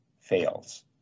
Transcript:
fails